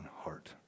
heart